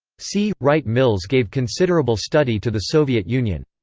c. wright mills gave considerable study to the soviet union.